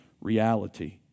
reality